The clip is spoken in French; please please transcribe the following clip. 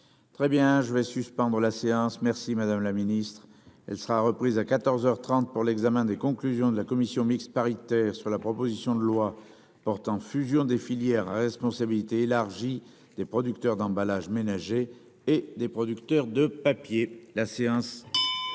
Très bien je vais suspendre la séance. Merci madame la ministre, elle sera reprise à 14h 30 pour l'examen des conclusions de la commission mixte paritaire sur la proposition de loi portant fusion des filières responsabilité élargie des producteurs d'emballages ménagers et des producteurs de papier la séance.